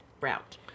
route